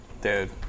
Dude